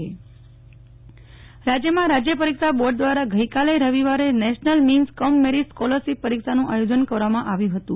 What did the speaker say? નેહ્લ ઠક્કર રાજ્ય પરિક્ષા board NMS રાજ્યમાં રાજ્ય પરિક્ષા બોર્ડ દ્વારા ગઈકાલે રવિવારે national means cum merit scholarship પરીક્ષાનું આયોજન કરવામાં આવ્યું હતું